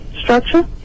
structure